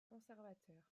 conservateurs